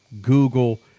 Google